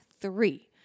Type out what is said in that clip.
three